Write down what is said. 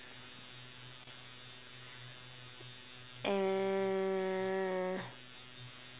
uh